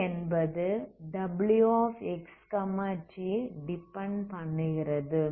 E என்பது wxt depend பண்ணுகிறது